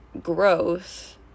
growth